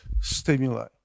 stimuli